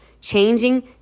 Changing